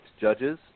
judges